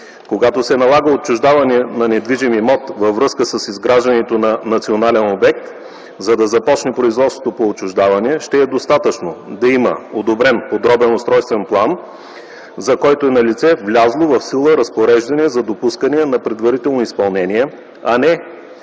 Когато се налага отчуждаване на недвижим имот във връзка с изграждането на национален обект, за да започне производството по отчуждаването, ще е достатъчно да има одобрен подробен устройствен план, за който е налице влязло в сила разпореждане за допускане на предварително изпълнение, а не